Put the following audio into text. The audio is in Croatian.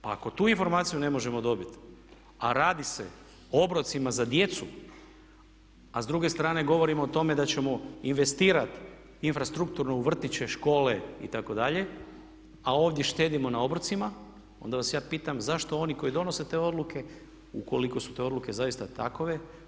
Pa ako tu informaciju ne možemo dobiti a radi se o obrocima za djecu a s druge strane govorimo o tome da ćemo investirati infrastrukturu u vrtiće, škole itd. a ovdje štedimo na obrocima, onda vas ja pitam zašto oni koji donose te odluke ukoliko su te odluke zaista takve.